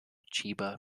chiba